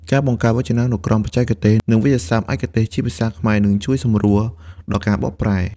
ការបង្កើតវចនានុក្រមបច្ចេកទេស និងវាក្យសព្ទឯកទេសជាភាសាខ្មែរ នឹងជួយសម្រួលដល់ការបកប្រែ។